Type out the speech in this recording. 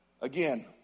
again